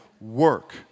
work